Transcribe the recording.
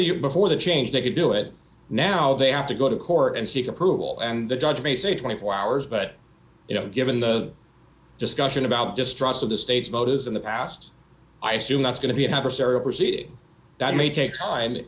year before the change they could do it now they have to go to court and seek approval and the judge may say twenty four hours but you know given the discussion about distrust of the state's motives in the past i assume that's going to be a happier sarah proceeding that may take time